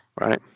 right